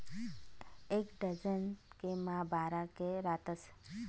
एक डझन के मा बारा के रातस